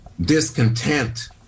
discontent